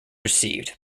received